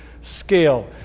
scale